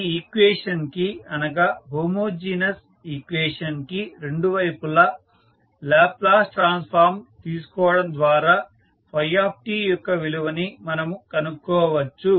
ఈ ఈక్వేషన్ కి అనగా హోమోజీనస్ ఈక్వేషన్ కి రెండు వైపులా లాప్లాస్ ట్రాన్స్ఫార్మ్ తీసుకోవడం ద్వారా t యొక్క విలువని మనము కనుక్కోవచ్చు